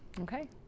okay